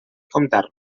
comptar